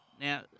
Now